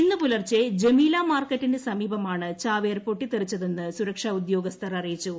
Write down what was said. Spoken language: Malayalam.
ഇന്നു പുലർച്ചെ ജമീല മാർക്കറ്റിനു സമീപമാണ് ചാവേർ പൊട്ടിത്തെറിച്ചതെന്ന് സുരക്ഷാ ഉദ്യോഗസ്ഥർ അറിയിച്ചു